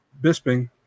Bisping